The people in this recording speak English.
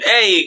Hey